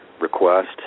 request